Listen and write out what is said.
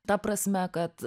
ta prasme kad